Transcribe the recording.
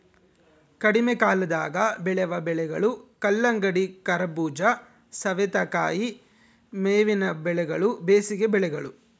ಕಡಿಮೆಕಾಲದಾಗ ಬೆಳೆವ ಬೆಳೆಗಳು ಕಲ್ಲಂಗಡಿ, ಕರಬೂಜ, ಸವತೇಕಾಯಿ ಮೇವಿನ ಬೆಳೆಗಳು ಬೇಸಿಗೆ ಬೆಳೆಗಳು